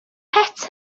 het